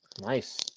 nice